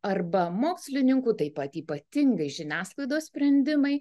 arba mokslininkų taip pat ypatingai žiniasklaidos sprendimai